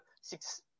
six